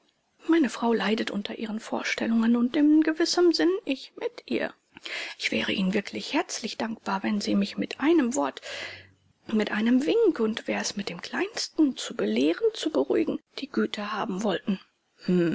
meine frau leidet unter ihren vorstellungen und in gewissem sinn ich mit ihr ich wäre ihnen wirklich herzlich dankbar wenn sie mich mit einem wort mit einem wink und wär's mit dem kleinsten zu belehren zu beruhigen die güte haben wollten